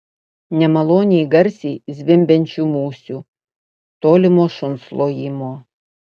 nemaloniai garsiai zvimbiančių musių tolimo šuns lojimo